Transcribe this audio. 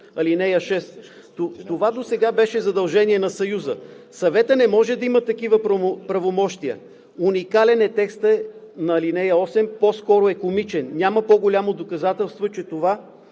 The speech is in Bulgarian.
ал. 6?! Досега това беше задължение на Съюза, а Съветът не може да има такива правомощия. Уникален е текстът на ал. 8, по-скоро е комичен. Няма по-голямо доказателство, че досега